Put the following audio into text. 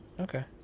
Okay